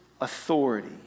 authority